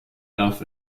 darf